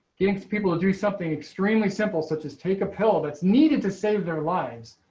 getting people to do something extremely simple such as take a pill that's needed to save their lives.